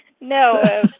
No